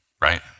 right